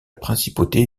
principauté